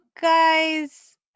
guys